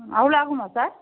அவ்வளோ ஆகுமா சார்